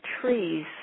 trees